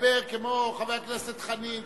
מדבר כמו חבר הכנסת חנין,